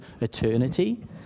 eternity